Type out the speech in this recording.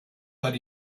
but